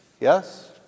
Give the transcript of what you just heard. Yes